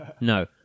No